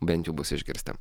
bent jau bus išgirsti